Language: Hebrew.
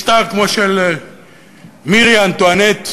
משטר כמו של מרי אנטואנט,